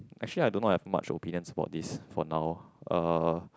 actually I do not have much opinions for this for now uh